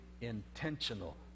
intentional